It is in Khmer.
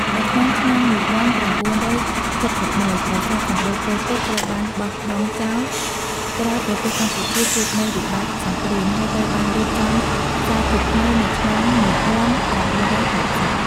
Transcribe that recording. នៅក្នុងឆ្នាំ១៩៧១ ប្រាសាទសំបូរព្រៃគុកត្រូវបានបោះបង់ចោល ក្រោយប្រទេសកម្ពុជាជួបនូវវិបត្តិសង្រ្គាម ហើយត្រូវបានរៀបចំសារជាថ្មីនៅឆ្នាំ១៩៨០។